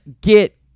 get